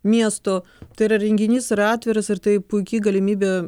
miestų tai yra renginys yra atviras ir tai puiki galimybė